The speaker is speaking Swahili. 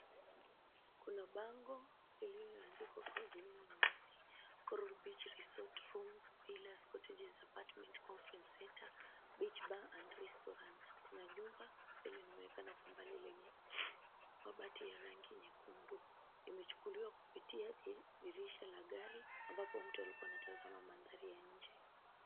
Kuna bango lililoandikwa kwa wino mweusi coral beach resort rooms villas, cottages, apartments, conference center, beach bar and restaurant. Kuna jumba linaonekana kwa mbali lenye mabati ya rangi nyekundu imechukuliwa kupitia dirisha la gari ambapo mtu alikuwa anatazama maanthari ya nje.